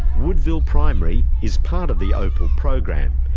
woodville primary is part of the opal program,